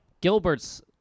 Gilbert's